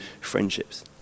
friendships